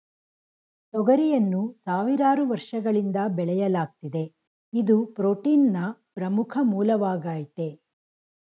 ತೊಗರಿಯನ್ನು ಸಾವಿರಾರು ವರ್ಷಗಳಿಂದ ಬೆಳೆಯಲಾಗ್ತಿದೆ ಇದು ಪ್ರೋಟೀನ್ನ ಪ್ರಮುಖ ಮೂಲವಾಗಾಯ್ತೆ